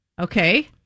Okay